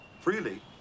Freely